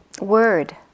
word